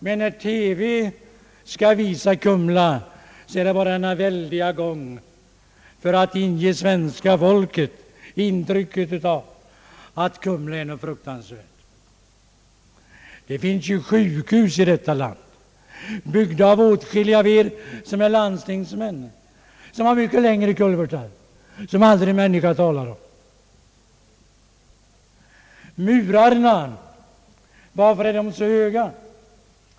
Men när TV skall visa anstalten, visas bara denna väldiga gång för att svenska folket skall få intrycket att Kumlaanstalten är någonting fruktans värt. Det finns sjukhus i detta land, byggda på initiativ av riksdagsledamöter, som också är landstingsmän, där det förekommer mycket längre kulvertar som ingen människa talar om. Varför är murarna så höga?